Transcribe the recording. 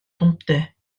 domptait